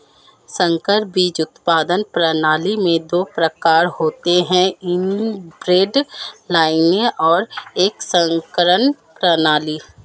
संकर बीज उत्पादन प्रणाली में दो प्रकार होते है इनब्रेड लाइनें और एक संकरण प्रणाली